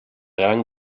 gran